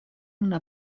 una